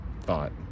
thought